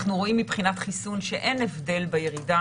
אנחנו רואים מבחינת חיסון שאין הבדל בירידה